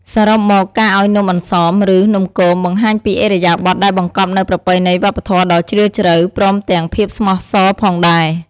សរុបមក ការឱ្យនំអន្សម ឬ នំគមបង្ហាញពីឥរិយាបថដែលបង្កប់នូវប្រពៃណីវប្បធម៌ដ៏ជ្រាលជ្រៅ ព្រមទាំងភាពស្មោះសរផងដែរ។